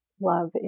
love